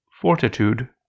Fortitude